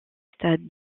stade